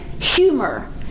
humor